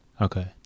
Okay